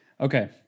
Okay